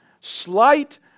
slight